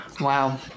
Wow